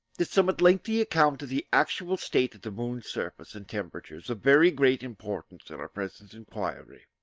this somewhat lengthy account of the actual state of the moon's surface and temperature is of very great importance in our present enquiry,